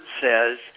says